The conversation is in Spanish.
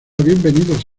bienvenidos